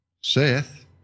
Seth